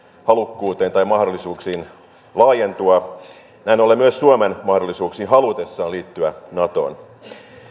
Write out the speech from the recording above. halukkuuteen tai mahdollisuuksiin laajentua näin ollen myös suomen mahdollisuuksiin halutessaan liittyä natoon